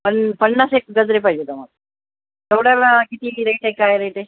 पन् पन्नास एक गजरे पाहिजे आहेत आम्हाला केवड्याला किती रेट आहे काय रेट आहे